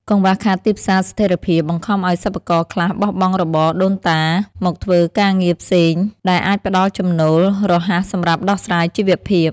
កង្វះខាតទីផ្សារស្ថិរភាព បង្ខំឱ្យសិប្បករខ្លះបោះបង់របរដូនតាមកធ្វើការងារផ្សេង ដែលអាចផ្ដល់ចំណូលរហ័សសម្រាប់ដោះស្រាយជីវភាព។